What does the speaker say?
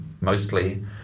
mostly